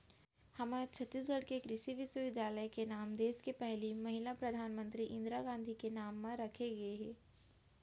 हमर छत्तीसगढ़ के कृषि बिस्वबिद्यालय के नांव देस के पहिली महिला परधानमंतरी इंदिरा गांधी के नांव म राखे गे हे